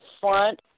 front